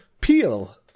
peel